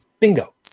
Bingo